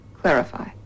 Clarify